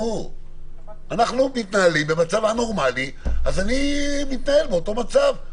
אנחנו מתנהלים במצב א-נורמלי, אז מתנהל באותו מצב.